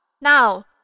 Now